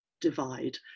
divide